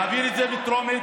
נעביר את זה בטרומית,